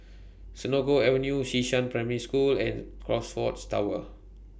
Senoko Avenue Xishan Primary School and Crockfords Tower